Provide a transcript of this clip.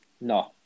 No